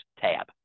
tab